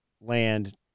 land